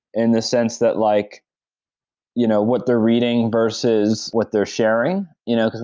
in the sense that like you know what they're reading versus what they're sharing, you know because